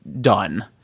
done